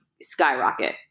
skyrocket